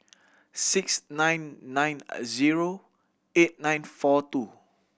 six nine nine zero eight nine four two